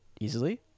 easily